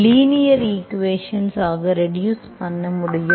linear equation ஆக reduce பண்ண முடியும்